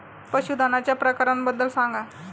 पशूधनाच्या प्रकारांबद्दल सांगा